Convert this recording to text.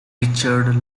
richard